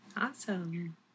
Awesome